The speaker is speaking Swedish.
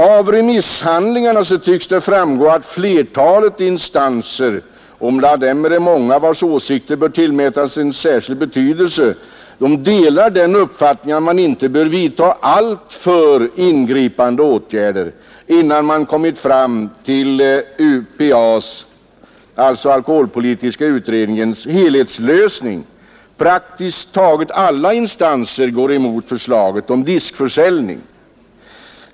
Av remisshandlingarna framgår att flertalet instanser — och bland dem är det många vilkas åsikter bör tillmätas särskild betydelse — delar den uppfattningen att man inte bör vidta alltför ingripande åtgärder innan vi har kommit fram till alkoholpolitiska utredningens helhetslösning. Praktiskt taget alla instanser går emot förslaget om diskförsäljning.